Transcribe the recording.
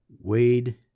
Wade